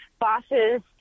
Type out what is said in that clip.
bosses